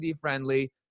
friendly